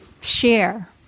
share